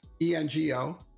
engo